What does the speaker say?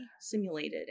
simulated